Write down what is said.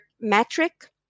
metric